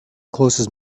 closest